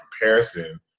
comparison